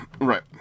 Right